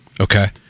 Okay